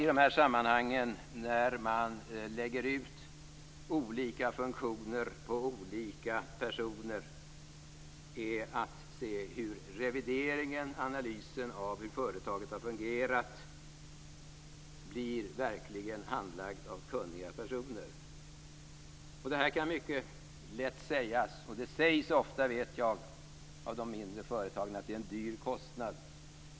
I de sammanhang då man lägger ut olika funktioner på olika personer är det viktigt att se till att revideringen och analysen av hur företaget har fungerat verkligen handläggs av kunniga personer. Det sägs ofta av de mindre företagen att detta är en stor kostnad.